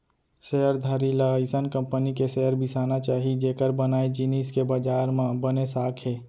share धारी ल अइसन कंपनी के शेयर बिसाना चाही जेकर बनाए जिनिस के बजार म बने साख हे